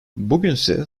bugünse